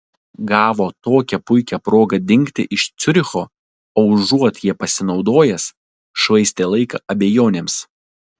gavo tokią puikią progą dingti iš ciuricho o užuot ja pasinaudojęs švaistė laiką abejonėms